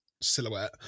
silhouette